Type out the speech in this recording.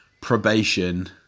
probation